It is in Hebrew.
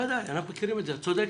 ודאי, אנחנו מכירים את זה, את צודקת.